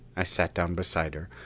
i sat down beside her.